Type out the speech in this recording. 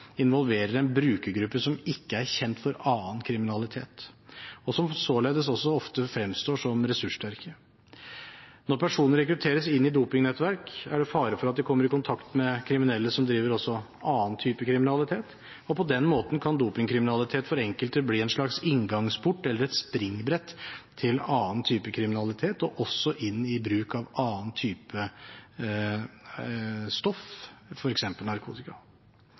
involverer en brukergruppe som ikke er kjent for annen kriminalitet, og som således ofte fremstår som ressurssterke. Når personer rekrutteres inn i dopingnettverk, er det fare for at de kommer i kontakt med kriminelle som også driver annen type kriminalitet, og på den måten kan dopingkriminalitet for enkelte bli en slags inngangsport, eller et springbrett, til annen type kriminalitet og også inn i bruk av annen type stoff, f.eks. narkotika.